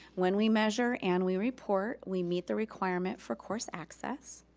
when we measure and we report, we meet the requirement for course access.